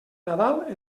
nadal